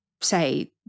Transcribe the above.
say